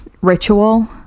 ritual